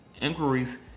inquiries